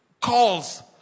calls